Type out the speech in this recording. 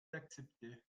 l’accepter